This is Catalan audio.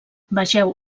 vegeu